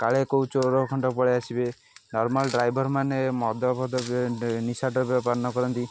କାଳେ କୋଉ ଚୋରଖଣ୍ଟ ପଳେଇଆସିବେ ନର୍ମାଲ୍ ଡ୍ରାଇଭର୍ ମାନେ ମଦଫଦ ନିଶାଦ୍ରବ୍ୟ ପାନ କରନ୍ତି